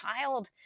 child